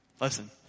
Listen